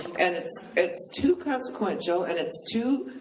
and it's it's too consequential, and it's too